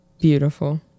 Beautiful